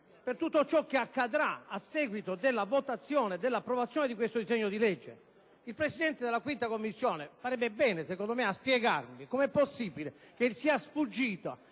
per tutto ciò che accadrà a seguito dell'approvazione di questo disegno di legge. Il Presidente della 5a Commissione farebbe bene a spiegarmi come è possibile che sia sfuggita